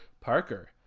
Parker